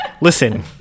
Listen